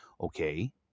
Okay